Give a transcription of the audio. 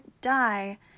die